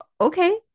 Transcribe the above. okay